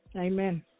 Amen